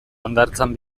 hondartzan